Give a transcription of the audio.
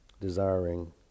Desiring